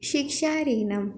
शिक्षाऋणं